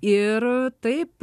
ir taip